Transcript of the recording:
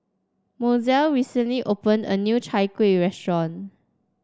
Mozell recently opened a new Chai Kueh restaurant